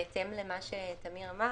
בהתאם למה שתמיר אמר,